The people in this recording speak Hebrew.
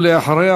ואחריה,